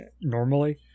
normally